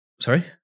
sorry